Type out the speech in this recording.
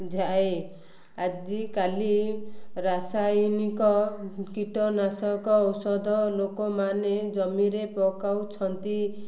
ଯାଏ ଆଜିକାଲି ରାସାୟନିକ କୀଟନାଶକ ଔଷଧ ଲୋକମାନେ ଜମିରେ ପକାଉଛନ୍ତି